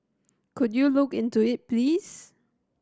could you look into it please